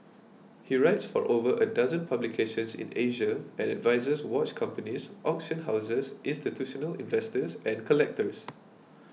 he writes for over a dozen publications in Asia and advises watch companies auction houses institutional investors and collectors